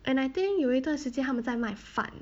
and I think 有一段时间他们在卖饭